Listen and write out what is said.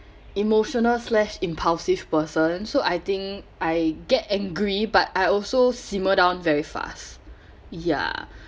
emotional slash impulsive person so I think I get angry but I also simmer down very fast ya